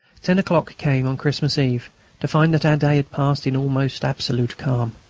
ten o'clock came on christmas eve to find that our day had passed in almost absolute calm.